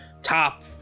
top